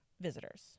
visitors